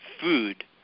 food